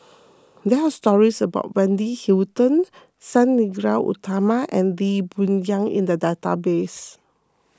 there are stories about Wendy Hutton Sang Nila Utama and Lee Boon Yang in the database